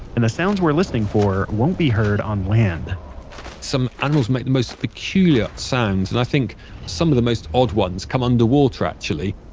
and the sounds we're listening for won't be heard on land some animals make the most peculiar sounds and i think of some of the most odd ones come underwater actually